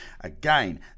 Again